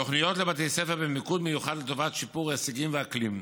תוכניות לבתי ספר במיקוד מיוחד לטובת שיפור הישגים ואקלים: